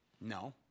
No